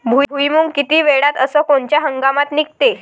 भुईमुंग किती वेळात अस कोनच्या हंगामात निगते?